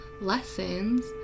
lessons